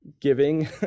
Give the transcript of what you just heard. giving